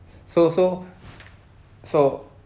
so so so